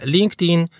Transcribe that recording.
LinkedIn